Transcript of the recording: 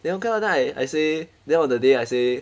then okay lah then I I say then on that day I say